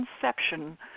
conception